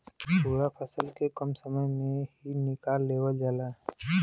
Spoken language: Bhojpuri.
पूरा फसल के कम समय में ही निकाल लेवल जाला